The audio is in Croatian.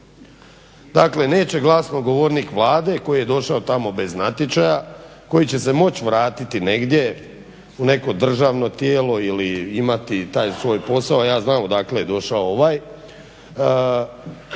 Dakle, neće glasnogovornik Vlade koji je došao tamo bez natječaja, koji će se moći vratiti negdje u neko državno tijelo ili imati taj svoj posao, a ja znam odakle je došao ovaj,